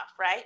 right